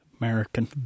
American